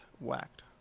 whacked